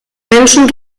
menschen